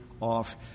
off